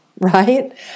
right